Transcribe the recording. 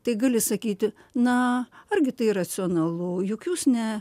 tai gali sakyti na argi tai racionalu juk jūs ne